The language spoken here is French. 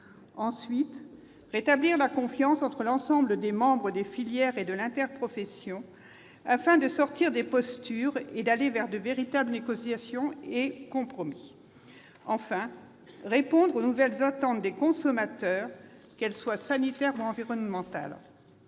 ensuite, rétablir la confiance entre l'ensemble des membres des filières et des interprofessions, afin de sortir des postures et d'aller vers de véritables négociations et compromis ; enfin, répondre aux nouvelles attentes des consommateurs, qu'elles soient sanitaires ou environnementales.